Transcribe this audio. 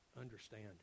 understand